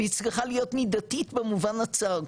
והיא צריכה להיות מידתית במובן הצר,